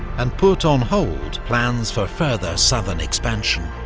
and put on hold plans for further southern expansion.